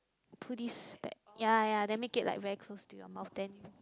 pull this back ya ya then make it like very close to your mouth then